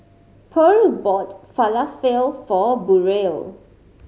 Purl bought Falafel for Burrell